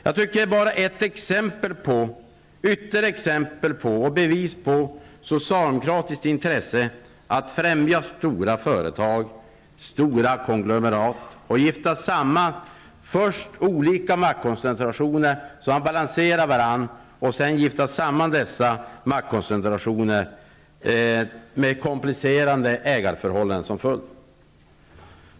Jag tycker att den bara är ytterligare ett exempel och bevis på socialdemokratiskt intresse av att främja stora företag, stora konglomerat, och först föra samman olika maktkoncentrationer så att de balanserar varandra och sedan gifta samman dessa maktkoncentrationer med komplicerande ägarförhållanden som följd.